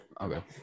Okay